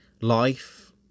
life